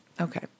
Okay